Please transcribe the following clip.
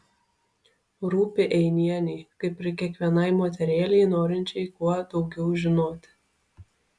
rūpi einienei kaip ir kiekvienai moterėlei norinčiai kuo daugiau žinoti